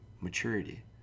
maturity